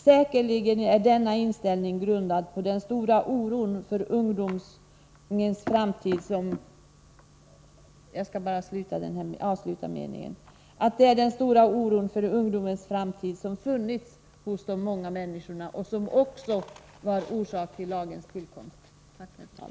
Säkerligen är denna inställning grundad på den stora oro för ungdomens framtid som har funnits hos de många människorna — och som också var orsaken till lagens tillkomst.